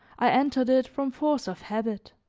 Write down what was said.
i entered it from force of habit.